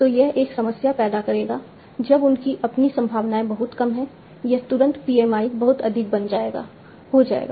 तो यह एक समस्या पैदा करेगा जब उनकी अपनी संभावनाएं बहुत कम हैं यह तुरंत PMI बहुत अधिक बन जाएगा हो जाएगा